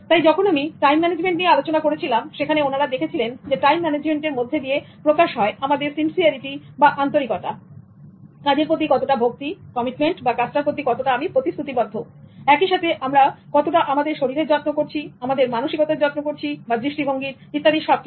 তাই যখন আমি টাইম ম্যানেজমেন্ট নিয়ে আলোচনা করেছিলাম সেখানে ওনারা দেখেছিলেন যে টাইম ম্যানেজমেন্টের মধ্যে দিয়ে প্রকাশ হয় আমাদের সিনসিয়ারিটি বা আন্তরিকতা কাজের প্রতি কতটা ভক্তি কমিটমেন্ট বা কাজটার প্রতি কতটা প্রতিশ্রুতিবদ্ধ একইসাথে আমরা কতটা আমাদের শরীরের যত্ন করছি আমাদের মানসিকার দৃষ্টিভঙ্গির ইত্যাদি সবকিছু